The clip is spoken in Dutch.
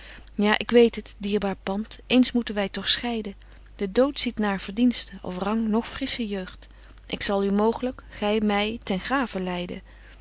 ja k weet het dierbaar pand eens moeten wy toch scheiden de dood ziet naar verdienste of rang noch frissche jeugd ik zal u mogelyk gy my ten grave leiden